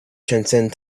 transcend